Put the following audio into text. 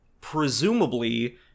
presumably